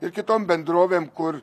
ir kitom bendrovėm kur